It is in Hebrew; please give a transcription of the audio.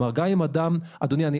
גם אם אדם -- אדוני,